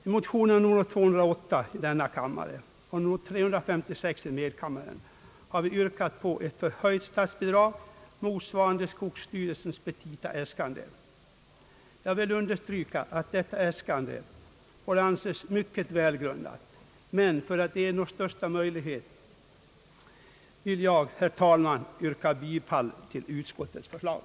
I motionerna 1:288 och II: 356 har vi yrkat på förhöjt statsbidrag motsvarande skogsstyrelsens petitaäskande. Jag vill understryka att det äskandet får anses mycket välgrundat, men för att ernå största möjliga enighet vill jag, herr talman, yrka bifall till utskottets förslag.